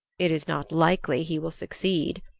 it is not likely he will succeed,